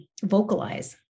vocalize